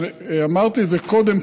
ואמרתי את זה קודם,